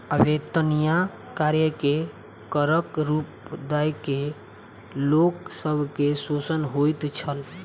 अवेत्निया कार्य के करक रूप दय के लोक सब के शोषण होइत छल